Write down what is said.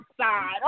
side